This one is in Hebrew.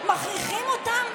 מכריחים אותם?